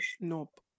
Nope